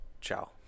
ciao